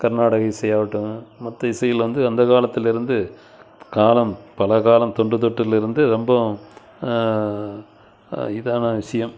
கர்நாடக இசையாவுட்டும் மத்த இசையில் வந்து அந்த காலத்துலேருந்து காலம் பல காலம் தொண்டு தொட்டுலேருந்து ரொம்பவும் இதான விஷயம்